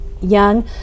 young